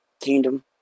kingdom